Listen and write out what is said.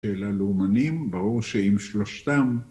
‫של הלאומנים, ברור שאם שלושתם...